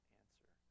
answer